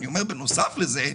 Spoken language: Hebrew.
אני אומר בנוסף לזה,